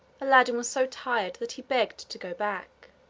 aladdin was so tired that he begged to go back,